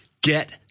Get